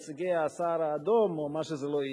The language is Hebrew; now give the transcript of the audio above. ונציגי הסהר-האדום או מה שזה לא יהיה.